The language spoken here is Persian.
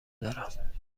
دارم